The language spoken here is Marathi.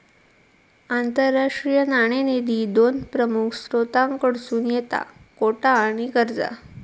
आंतरराष्ट्रीय नाणेनिधी दोन प्रमुख स्त्रोतांकडसून येता कोटा आणि कर्जा